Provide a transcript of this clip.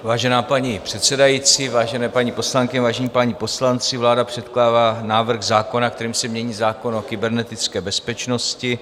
Vážená paní předsedající, vážené paní poslankyně, vážení páni poslanci, vláda předkládá návrh zákona, kterým se mění zákon o kybernetické bezpečnosti.